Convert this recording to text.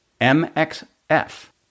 MXF